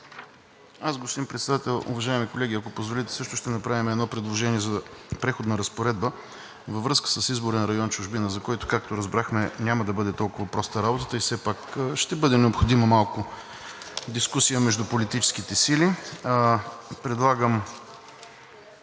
Господин Председател, уважаеми колеги! Ако позволите, също ще направя едно предложение за преходна разпоредба във връзка с изборен район „Чужбина“, за което, както разбрахме, няма да бъде толкова проста работата. Все пак ще бъде малко дискусия между политическите сили. Предлагам